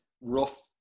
rough